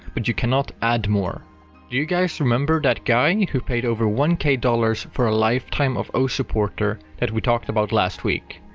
but you cannot add more. do you guys remember that guy and who paid over one k dollars for a lifetime of osu! supporter that we talked about last week?